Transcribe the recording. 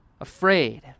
Afraid